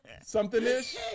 Something-ish